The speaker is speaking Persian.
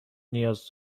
نیاز